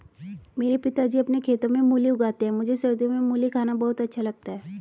मेरे पिताजी अपने खेतों में मूली उगाते हैं मुझे सर्दियों में मूली खाना बहुत अच्छा लगता है